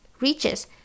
reaches